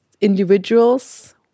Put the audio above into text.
individuals